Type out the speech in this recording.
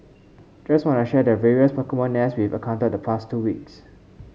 just wanna share the various Pokemon nests we encountered the past two weeks